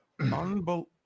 Unbelievable